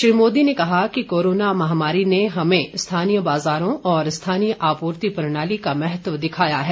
श्री मोदी ने कहा कि कोरोना महामारी ने हमें स्थानीय बाजारों और स्थानीय आपूर्ति प्रणाली का महत्व दिखा दिया है